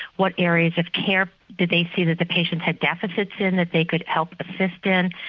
what areas of care did they see that the patients had deficits in, that they could help assist in.